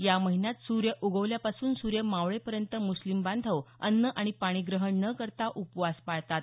या महिन्यात सूर्य उगवल्यापासून सूर्य मावळेपर्यंत मुस्लिम बांधव अन्न आणि पाणी ग्रहण न करता उपवास पाळतात